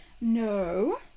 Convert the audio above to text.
no